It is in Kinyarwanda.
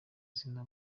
izina